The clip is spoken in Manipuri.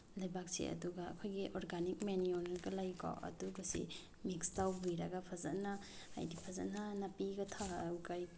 ꯂꯩꯕꯥꯛꯁꯦ ꯑꯗꯨꯒ ꯑꯩꯈꯣꯏꯒꯤ ꯑꯣꯔꯒꯥꯅꯤꯛ ꯃꯦꯅꯤꯌꯣꯔꯒ ꯂꯩꯀꯣ ꯑꯗꯨꯒꯁꯤ ꯃꯤꯛꯁ ꯇꯧꯕꯤꯔꯒ ꯐꯖꯅ ꯍꯥꯏꯗꯤ ꯐꯖꯅ ꯅꯥꯄꯤꯒ